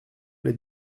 les